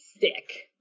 Sick